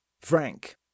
Frank